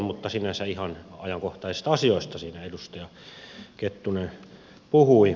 mutta sinänsä ihan ajankohtaisista asioista siinä edustaja kettunen puhui